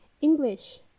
English